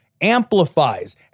amplifies